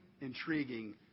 intriguing